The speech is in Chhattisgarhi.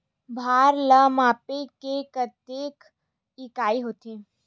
भार ला मापे के कतेक इकाई होथे?